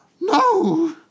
No